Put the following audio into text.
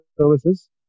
services